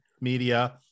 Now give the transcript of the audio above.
media